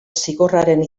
zigorraren